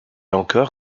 encore